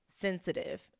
sensitive